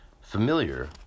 Familiar